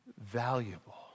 valuable